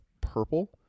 purple